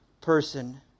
person